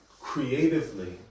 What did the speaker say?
creatively